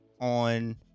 on